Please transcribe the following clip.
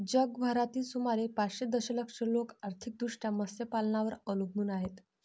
जगभरातील सुमारे पाचशे दशलक्ष लोक आर्थिकदृष्ट्या मत्स्यपालनावर अवलंबून आहेत